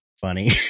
funny